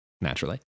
naturally